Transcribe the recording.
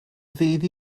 ddydd